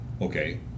okay